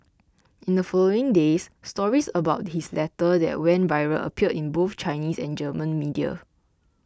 in the following days stories about his letter that went viral appeared in both Chinese and German media